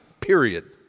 period